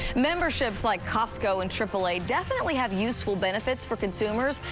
memberships like costco and aaa definitely have useful benefits for consumers,